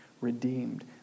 redeemed